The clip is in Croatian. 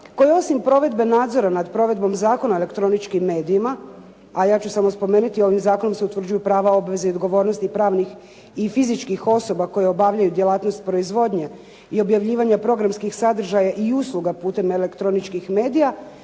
koji osim provedbe nadzora nad provedbom Zakona o elektroničkim medijima a ja ću sam spomenuti ovim zakonom se utvrđuju prava, obveze i odgovornosti i pravnih i fizičkih osoba koji obavljaju djelatnost proizvodnje i objavljivanja programskih sadržaja i usluga putem elektroničkih medija